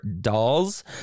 dolls